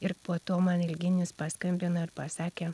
ir po to man ilginis paskambino ir pasakė